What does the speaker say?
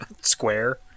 square